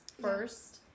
first